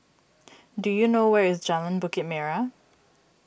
do you know where is Jalan Bukit Merah